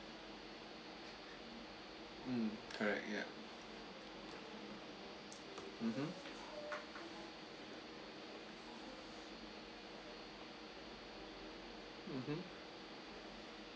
mm correct ya mmhmm mmhmm